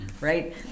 right